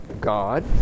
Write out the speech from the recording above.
God